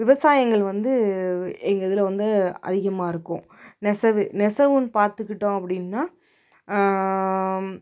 விவசாயங்கள் வந்து எங்கள் இதில் வந்து அதிகமாகருக்கும் நெசவு நெசவுன்னு பார்த்துக்கிட்டோம் அப்படின்னா